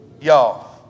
Y'all